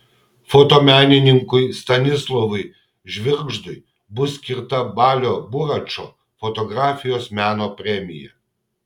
fotomenininkui stanislovui žvirgždui bus skirta balio buračo fotografijos meno premija